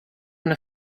una